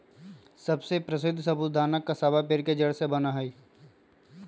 सबसे प्रसीद्ध साबूदाना कसावा पेड़ के जड़ से बना हई